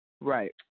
Right